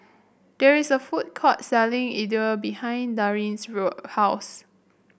there is a food court selling Idili behind Darrin's road house